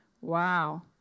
Wow